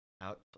out